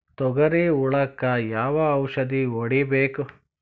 ತೊಗರಿ ಹುಳಕ ಯಾವ ಔಷಧಿ ಹೋಡಿಬೇಕು?